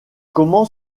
comment